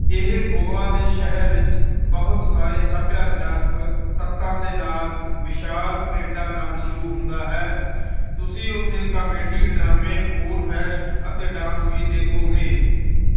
ਇਹ ਗੋਆ ਦੇ ਸ਼ਹਿਰਾਂ ਵਿੱਚ ਬਹੁਤ ਸਾਰੇ ਸੱਭਿਆਚਾਰਕ ਤੱਤਾਂ ਦੇ ਨਾਲ ਵਿਸ਼ਾਲ ਪਰੇਡਾਂ ਨਾਲ ਸ਼ੁਰੂ ਹੁੰਦਾ ਹੈ ਤੁਸੀਂ ਉੱਥੇ ਕਾਮੇਡੀ ਡਰਾਮੇ ਫੂਡ ਫੈਸਟ ਅਤੇ ਡਾਂਸ ਵੀ ਦੇਖੋਗੇ